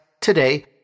today